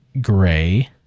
gray